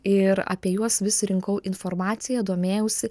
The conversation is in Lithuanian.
ir apie juos vis rinkau informaciją domėjausi